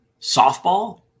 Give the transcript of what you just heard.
softball